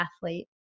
athlete